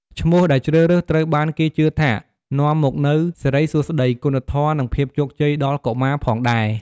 ឈ្មោះដែលជ្រើសរើស ត្រូវបានគេជឿថា នាំមកនូវសិរីសួស្តី គុណធម៌ និងភាពជោគជ័យដល់កុមារផងដែរ។